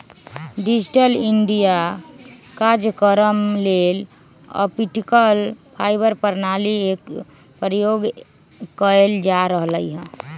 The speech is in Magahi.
डिजिटल इंडिया काजक्रम लेल ऑप्टिकल फाइबर प्रणाली एक प्रयोग कएल जा रहल हइ